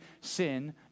sin